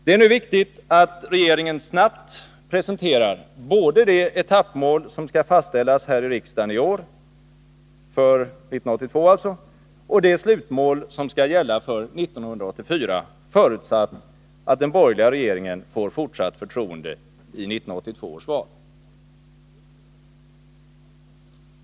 Det är nu viktigt att regeringen snabbt presenterar både det etappmål som skall fastställas här i riksdagen i år för 1982 och det slutmål som skall gälla för 1984, förutsatt att den borgerliga regeringen får fortsatt förtroende i 1982 års val.